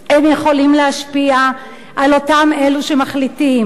הם יכולים להשפיע על אלה שמחליטים,